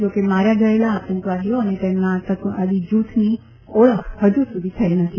જા કે માર્યા ગયેલા આતંકવાદીઓ અને તેમના આતંકવાદી જૂથની ઓળખ હજુ સુધી થઇ નથી